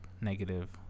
negative